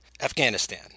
Afghanistan